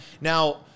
Now